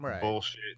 bullshit